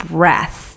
Breath